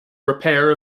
repair